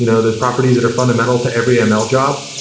you know those properties that are fundamental to every ml job,